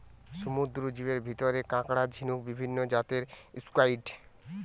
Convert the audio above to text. সমুদ্রের জীবের ভিতরে কাকড়া, ঝিনুক, বিভিন্ন জাতের স্কুইড,